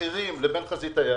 אחרים לחזית הים,